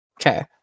Okay